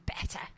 better